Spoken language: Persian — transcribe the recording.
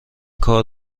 کار